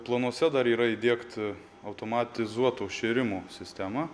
planuose dar yra įdiegt automatizuotų šėrimų sistemą